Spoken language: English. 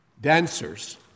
dancers